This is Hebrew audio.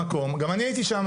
במקום גם אני הייתי שמה,